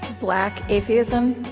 black atheism,